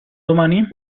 domani